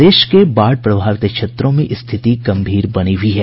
प्रदेश के बाढ़ प्रभावित क्षेत्रों में स्थिति गम्भीर बनी हुई है